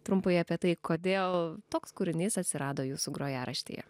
trumpai apie tai kodėl toks kūrinys atsirado jūsų grojaraštyje